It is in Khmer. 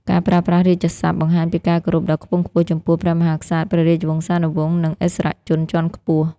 ការប្រើប្រាស់រាជសព្ទបង្ហាញពីការគោរពដ៏ខ្ពង់ខ្ពស់ចំពោះព្រះមហាក្សត្រ ព្រះរាជវង្សានុវង្ស និងឥស្សរជនជាន់ខ្ពស់។